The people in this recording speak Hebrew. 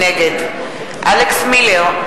נגד אלכס מילר,